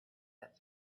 that